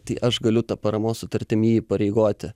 tai aš galiu ta paramos sutartim jį įpareigoti